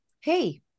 Hey